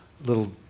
little